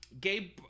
Gabe